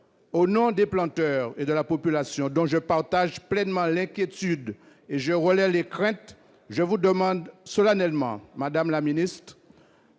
Au nom des planteurs et de la population, dont je partage pleinement l'inquiétude et relaie les craintes, je vous demande solennellement, madame la ministre,